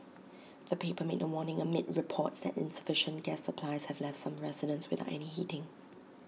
the paper made the warning amid reports that insufficient gas supplies have left some residents without any heating